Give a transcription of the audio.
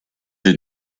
did